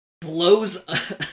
blows